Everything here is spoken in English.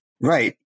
Right